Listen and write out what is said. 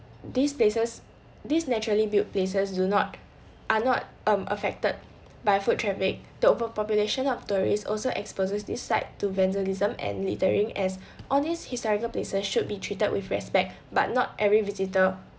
these places these naturally built places do not are not um affected by foot traffic the overpopulation of tourists also exposes these site to vandalism and littering as all these historical places should be treated with respect but not every visitor